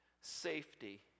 Safety